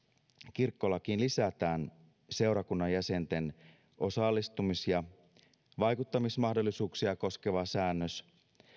kirkkolakiin lisätään seurakunnan jäsenten osallistumis ja vaikuttamismahdollisuuksia koskeva säännös